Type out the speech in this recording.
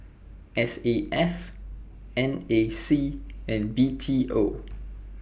S A F N A C and B T O